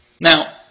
Now